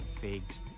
figs